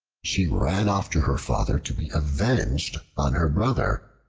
she ran off to her father, to be avenged on her brother,